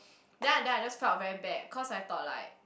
then I then I just felt very bad cause I thought like